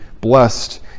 blessed